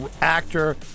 actor